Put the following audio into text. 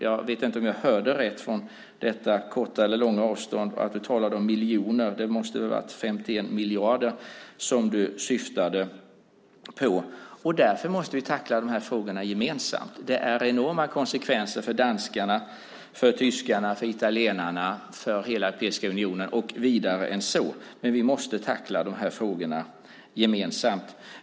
Jag vet inte om jag hörde rätt på detta avstånd, men jag tror att du talade om miljoner. Det måste väl ha varit 51 miljarder som du syftade på. Därför måste vi tackla frågorna gemensamt. Det är enorma konsekvenser för danskarna, för tyskarna, för italienarna, för hela den europeiska unionen och vidare än så. Men vi måste tackla frågorna gemensamt.